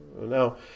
Now